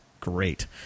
great